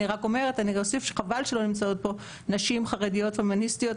אני אוסיף שחבל שלא נמצאות פה נשים חרדיות פמיניסטיות,